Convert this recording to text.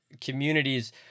communities